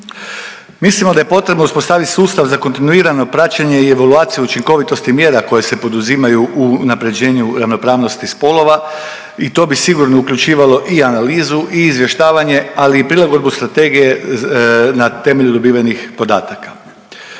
Mislimo da je potrebno uspostaviti sustav za kontinuirano praćenje i evaluaciju učinkovitosti mjera koje se poduzimaju u unapređenju ravnopravnosti spolova i to bi sigurno uključivalo i analizu i izvještavanje, ali i prilagodbu strategije na temelju dobivenih podataka.